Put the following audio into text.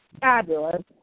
fabulous